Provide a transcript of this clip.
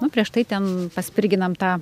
nu prieš tai ten paspirginame tą